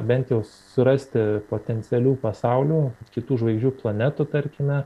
bent jau surasti potencialių pasaulių kitų žvaigždžių planetų tarkime